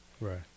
right